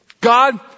God